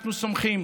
אנחנו סומכים